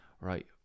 right